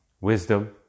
wisdom